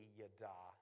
yada